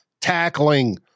tackling